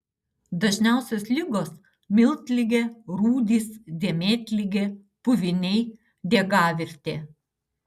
dažniausios ligos miltligė rūdys dėmėtligė puviniai diegavirtė